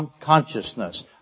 consciousness